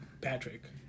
Patrick